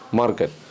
market